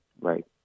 Right